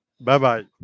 Bye-bye